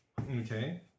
Okay